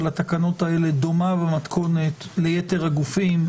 התקנות האלה דומה למתכונת לייתר הגופים,